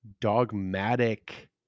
dogmatic